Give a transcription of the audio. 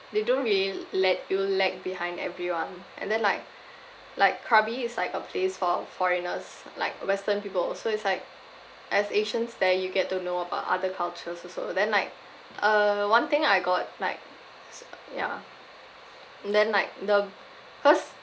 they don't really l~ let you lag behind everyone and then like like krabi is like a place for foreigners like western people so it's like as asians there you get to know about other cultures also then like uh one thing I got like ya then like the cause